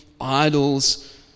idols